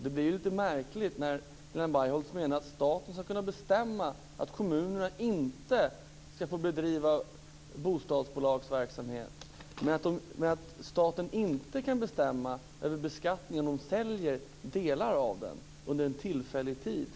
Det blir lite märkligt när Bargholtz menar att staten skall kunna bestämma att kommunerna inte skall få bedriva verksamhet med bostadsbolag, men att staten inte kan bestämma över beskattningen om de säljer delar av verksamheten under en tillfällig period.